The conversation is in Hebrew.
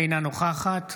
אינה נוכחת